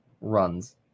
runs